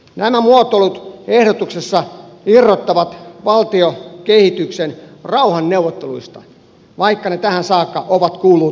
nämä muotoilut ehdotuksessa irrottavat valtiokehityksen rauhanneuvotteluista vaikka ne tähän saakka ovat kuuluneet yhteen